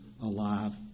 alive